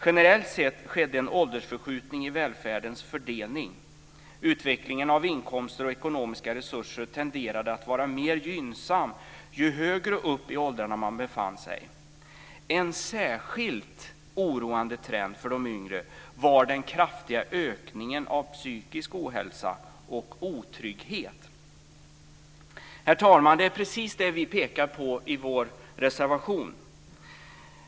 Generellt sett skedde en åldersförskjutning i välfärdens fördelning. Utvecklingen av inkomster och ekonomiska resurser tenderade att vara mer gynnsam ju högre upp i åldrarna man befann sig. En särskilt oroande trend för de yngre var den kraftiga ökningen av psykisk ohälsa och otrygghet." Herr talman! Det är precis det vi pekar på i vår reservation.